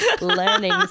learning